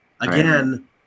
again